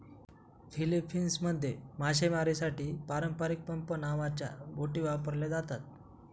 फिलीपिन्समध्ये मासेमारीसाठी पारंपारिक पंप नावाच्या बोटी वापरल्या जातात